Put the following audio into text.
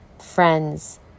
friends